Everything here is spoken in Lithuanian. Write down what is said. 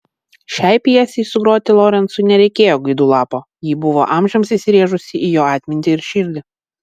šiai pjesei sugroti lorencui nereikėjo gaidų lapo ji buvo amžiams įsirėžusi į jo atmintį ir širdį